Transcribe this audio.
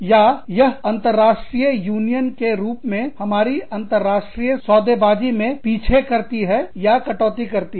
या यह अंतर्राष्ट्रीय यूनियन के रूप में हमारी अंतरराष्ट्रीय सौदेबाजी सौदेकारी मे पीछे करती है या कटौती करती है